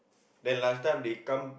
then lunch time they come